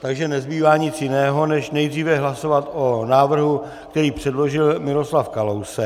Takže nezbývá nic jiného než nejdříve hlasovat o návrhu, který předložil Miroslav Kalousek.